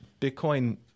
Bitcoin